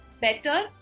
better